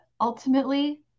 ultimately